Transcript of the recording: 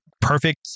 perfect